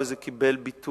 וזה קיבל ביטוי